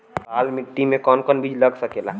लाल मिट्टी में कौन कौन बीज लग सकेला?